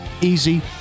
easy